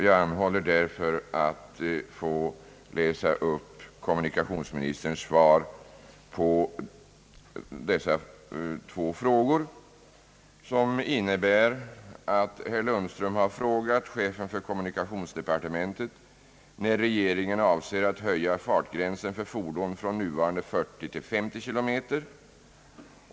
Jag anhåller därför att få läsa upp kommunikationsministerns svar på två frågor som här har framställts. Herr Lundström har frågat kommunikationsministern när regeringen avser att höja fartgränsen för motorfordon från nuvarande 40 till 50 km/tim.